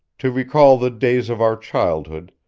to recall the days of our childhood,